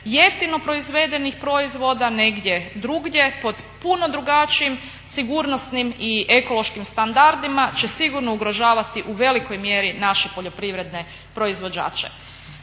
jeftino proizvedenih proizvoda negdje drugdje pod puno drugačijim sigurnosnim i ekološkim standardima će sigurno ugrožavati u velikoj mjeri naše poljoprivredne proizvođače.